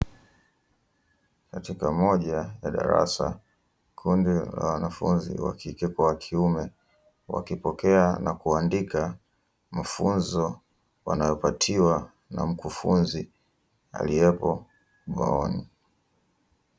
Katika moja ya darasa, kundi la wanafunzi wa kike kwa wa kiume wakipokea na kuandika mafunzo wanayopatiwa na mkufunzi aliyepo ubaoni.